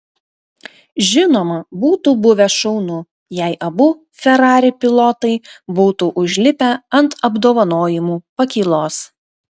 žinoma būtų buvę šaunu jei abu ferrari pilotai būtų užlipę ant apdovanojimų pakylos